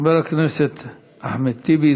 חבר הכנסת אחמד טיבי,